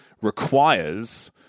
requires